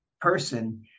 person